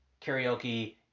karaoke